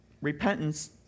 Repentance